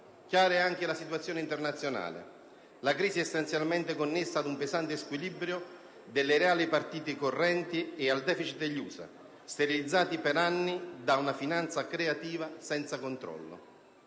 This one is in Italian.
Chiara è anche la situazione internazionale. La crisi è essenzialmente connessa ad un pesante squilibrio delle reali partite correnti e al deficit degli USA, sterilizzati per anni da una finanza creativa senza controllo.